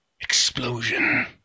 explosion